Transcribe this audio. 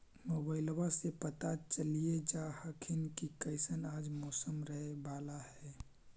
मोबाईलबा से पता चलिये जा हखिन की कैसन आज मौसम रहे बाला है?